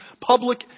public